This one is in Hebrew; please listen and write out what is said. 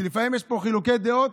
כי לפעמים יש פה חילוקי דעות,